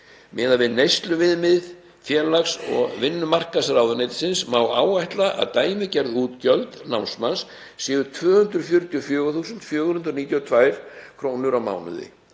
Miðað við neysluviðmið félags- og vinnumarkaðsráðuneytisins má áætla að dæmigerð útgjöld námsmanns séu 244.492 kr. á mánuði.